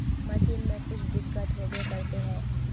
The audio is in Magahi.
मशीन में कुछ दिक्कत होबे करते है?